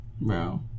bro